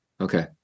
Okay